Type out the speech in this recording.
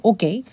Okay